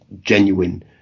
genuine